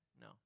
No